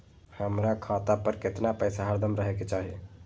हमरा खाता पर केतना पैसा हरदम रहे के चाहि?